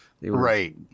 Right